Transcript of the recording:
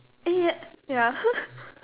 eh ya ya